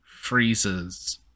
freezes